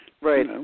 right